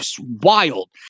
wild